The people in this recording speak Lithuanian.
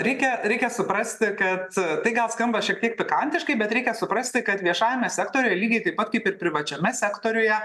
reikia reikia suprasti kad tai gal skamba šiek tiek pikantiškai bet reikia suprasti kad viešajame sektoriuje lygiai taip pat kaip ir privačiame sektoriuje